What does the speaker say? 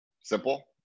Simple